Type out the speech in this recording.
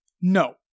No